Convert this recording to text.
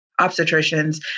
obstetricians